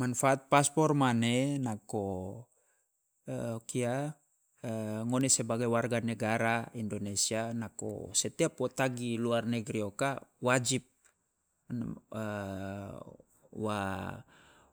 Manfaat pasport mane nako o kia ngone sebagai warga negara indonesia nako setiap wo tagi luar negeri oka wajib wa- wa-